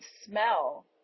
smell